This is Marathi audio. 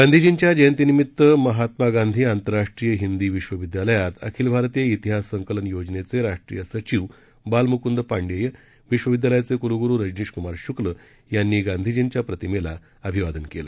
गांधीजींच्या जयंतीनिमित्त महात्मा गांधी आंतरराष्ट्रीय हिंदी विश्वविद्यालयात अखिल भारतीय इतिहास संकलन योजनेचे राष्ट्रीय सचिव बालमुक्द पाण्डेय विश्वविद्यालयाचे क्लगुरू रजनीश कुमार शुक्ल यांनी गांधीजीच्या प्रतिमेला अभिवादन केलं